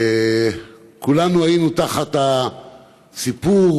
כולנו היינו תחת הסיפור